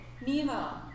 Nemo